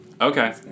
Okay